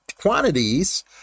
quantities